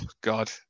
God